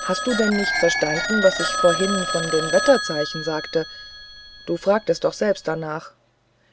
hast du denn nicht verstanden was ich vorhin von den wetterzeichen sagte du fragtest doch selber danach